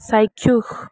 চাক্ষুষ